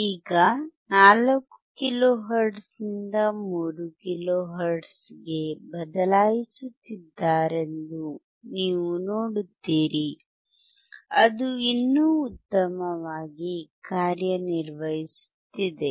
ಈಗ 4 ಕಿಲೋಹೆರ್ಟ್ಜ್ನಿಂದ 3 kilohertz ಗೆ ಬದಲಾಯಿಸುತ್ತಿದ್ದಾರೆಂದು ನೀವು ನೋಡುತ್ತೀರಿ ಅದು ಇನ್ನೂ ಉತ್ತಮವಾಗಿ ಕಾರ್ಯನಿರ್ವಹಿಸುತ್ತಿದೆ